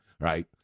right